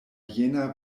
jena